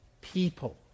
people